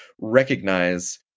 recognize